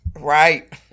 Right